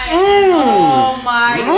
oh, my